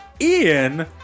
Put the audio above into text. Ian